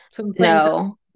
no